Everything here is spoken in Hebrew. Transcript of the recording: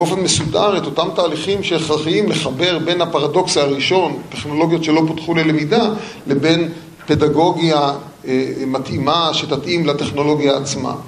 באופן מסודר את אותם תהליכים שהכרחיים לחבר בין הפרדוקס הראשון, טכנולוגיות שלא פותחו ללמידה, לבין פדגוגיה מתאימה שתתאים לטכנולוגיה עצמה.